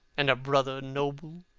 and a brother noble,